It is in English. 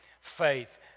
faith